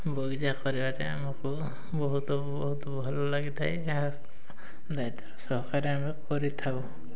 ବଗିଚା କରିବାରେ ଆମକୁ ବହୁତ ବହୁତ ଭଲ ଲାଗିଥାଏ ଏହା ଦାୟିତ୍ୱ ର ସହକାରେ ଆମେ କରିଥାଉ